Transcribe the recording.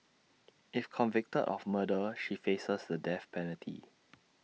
if convicted of murder she faces the death penalty